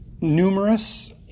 numerous